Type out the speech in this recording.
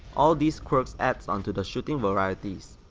all these quirks adds onto the shooting varieties.